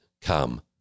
come